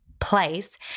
place